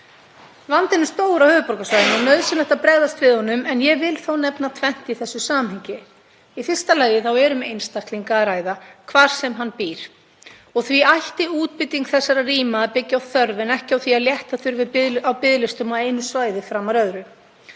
Vandinn er stór á höfuðborgarsvæðinu og nauðsynlegt að bregðast við honum en ég vil þó nefna tvennt í þessu samhengi. Í fyrsta lagi er um einstakling að ræða hvar sem hann býr og því ætti útbýting þessara rýma að byggja á þörf en ekki á því að létta þurfi á biðlistum á einu svæði framar öðru.